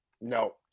No